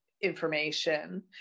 information